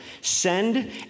send